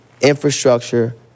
infrastructure